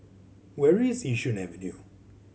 where is Yishun Avenue